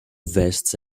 vests